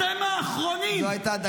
אתם האחרונים -- זאת הייתה הדקה.